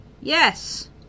Yes